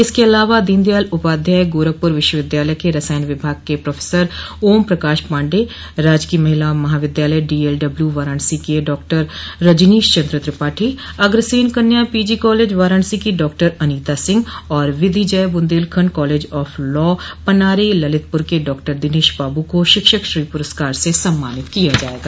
इसके अलावा दीनदयाल उपाध्याय गोरखपुर विश्वविद्यालय के रसायन विज्ञान विभाग के प्रोफेसर ओमप्रकाश पाण्डेय राजकीय महिला महाविद्यालय डीएलडब्ल्यू वाराणसी के डॉक्टर रजनीश चन्द्र त्रिपाठी अग्रसेन कन्या पीजी कॉलेज वाराणसी की डॉक्टर अनीता सिंह और विधि Jai Bundelkhand college of law Panari Lalitpur के डॉक्टर दिनेश बाबू को शिक्षक श्री पुरस्कार से सम्मानित किया जायेगा